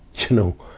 you know.